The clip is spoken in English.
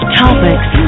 topics